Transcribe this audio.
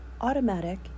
Automatic